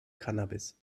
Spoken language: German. cannabis